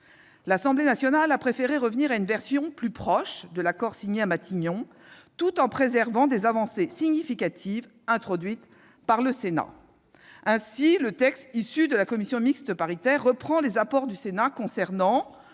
L'Assemblée nationale a préféré revenir à une version plus proche de l'accord signé à Matignon, tout en préservant des avancées significatives introduites par le Sénat. Ainsi, le texte issu de la CMP reprend les apports du Sénat concernant